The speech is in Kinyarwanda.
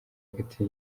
hagati